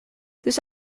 this